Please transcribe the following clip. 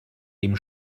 dem